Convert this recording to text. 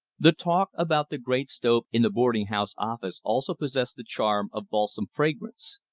the talk about the great stove in the boarding-house office also possessed the charm of balsam fragrance.